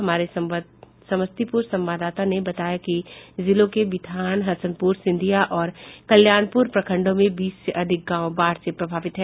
हमारे समस्तीपुर संवाददाता ने बताया कि जिलो के बिथान हसनपूर सिंधिया और कल्याणपूर प्रखंडों में बीस से अधिक गांव बाढ़ से प्रभावित है